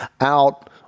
out